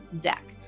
deck